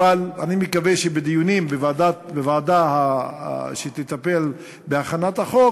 אני מקווה שבדיונים בוועדה שתטפל בהכנת החוק